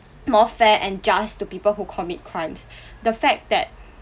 more fair and just to people who commit crimes the fact that